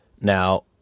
now